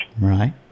right